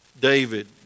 David